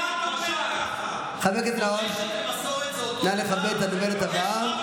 למה אתה אומר ככה?